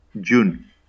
June